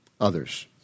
Others